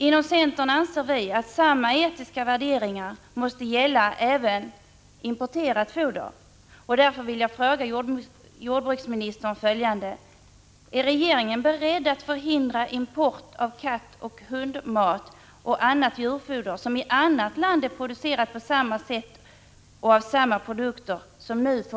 Inom centern anser vi att samma etiska värderingar måste gälla även importerat foder. Därför vill jag fråga jordbruksministern följande: Är regeringen beredd att förhindra import av kattoch hundmat och annat djurfoder som i annat land är producerat på